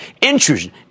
intrusion